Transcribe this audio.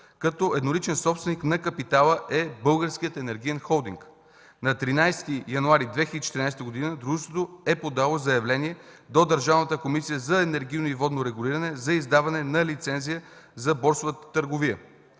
като едноличен собственик на капитала е Българският енергиен холдинг. На 13 януари 2014 г. дружеството е подало заявление до Държавната комисия за енергийно и водно регулиране за издаване на лицензия за борсова търговия.